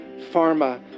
pharma